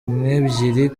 nk’ebyiri